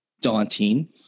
daunting